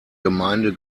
gemeinde